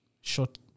short